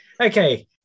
Okay